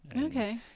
okay